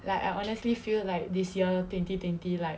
like I honestly feel like this year twenty twenty like